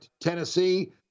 Tennessee